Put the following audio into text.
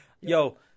Yo